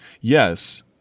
yes